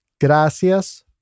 Gracias